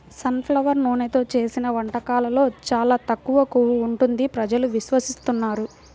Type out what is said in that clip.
sun flower నూనెతో చేసిన వంటకాల్లో చాలా తక్కువ కొవ్వు ఉంటుంది ప్రజలు విశ్వసిస్తున్నారు